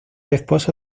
esposo